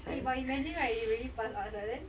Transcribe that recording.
eh but imagine right they really pass us right then